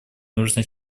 нужно